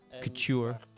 couture